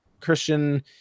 Christian